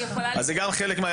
זה גם חלק מהעניין.